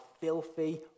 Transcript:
filthy